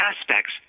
aspects